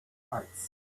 parts